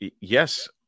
yes